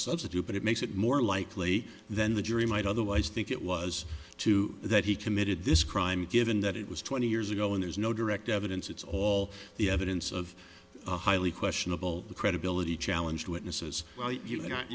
substitute but it makes it more likely then the jury might otherwise think it was too that he committed this crime given that it was twenty years ago and there's no direct evidence it's all the evidence of highly questionable credibility challenge witnesses you've got